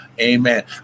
Amen